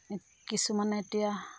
কিছুমানে এতিয়া